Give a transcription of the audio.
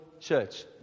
church